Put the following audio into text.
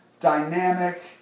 dynamic